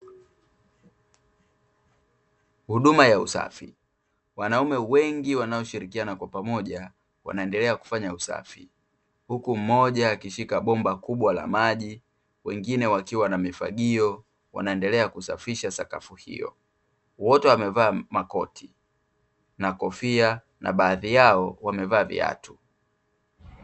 Huduma ya usafi; wanaume wengi wanaoshirikiana kwa pamoja wanaendelea kufanya usafi, huku mmoja akishika bomba kubwa la maji, wengine wakiwa na mifagio wanaendelea kusafisha sakafu hiyo. Wote wamevaa makoti, kofia, na baadhi yao wamevaa viatu.